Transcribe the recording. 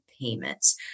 payments